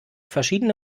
verschiedene